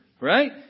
right